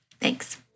Thanks